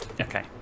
Okay